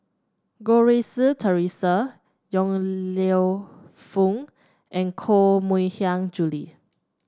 Goh Rui Si Theresa Yong Lew Foong and Koh Mui Hiang Julie